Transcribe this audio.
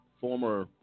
former